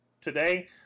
Today